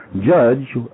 judge